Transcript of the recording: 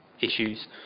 issues